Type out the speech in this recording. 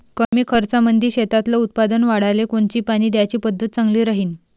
कमी खर्चामंदी शेतातलं उत्पादन वाढाले कोनची पानी द्याची पद्धत चांगली राहीन?